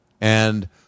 And-